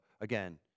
again